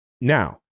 Now